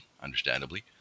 understandably